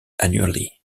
annually